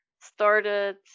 started